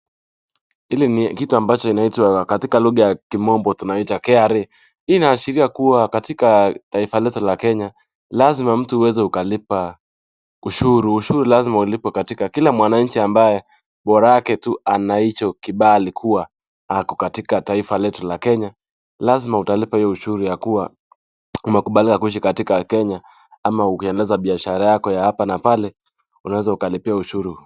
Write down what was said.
Hili ni kitu katika lugha ya kimombo tunaita KRA, Hii inashiria kuwa katika taifa letu la kenya, lazima mtu uweze ukalipa ushuru, ushuru lazima ulipe, katika kila mtu ambaye bora yake tu anahicho kibali kuwa ako katika taifa letu la kenya, lazima utalipa hiyo ushuru yakuwa , umekubalika kuishi katika kenya ama ukifanya biashara yako hapa na pale unaweza ukalipia ushuru.